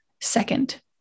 second